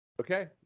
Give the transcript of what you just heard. Okay